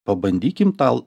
pabandykim tą